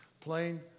plain